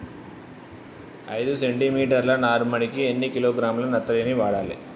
ఐదు సెంటి మీటర్ల నారుమడికి ఎన్ని కిలోగ్రాముల నత్రజని వాడాలి?